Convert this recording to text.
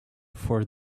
for